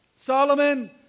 Solomon